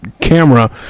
camera